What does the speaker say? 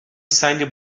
سنگ